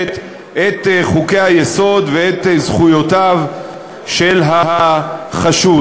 את חוקי-היסוד ואת זכויותיו של החשוד.